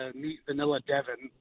ah meet vanilla devin.